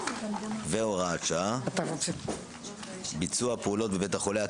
והוראת שעה) (ביצוע פעולות בבית החולה),